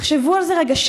תחשבו על זה רגע,